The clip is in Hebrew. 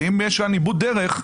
ואם יש כאן איבוד דרך,